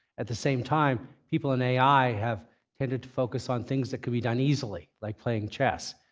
at the same time, people in ai have tended to focus on things that could be done easily like playing chess.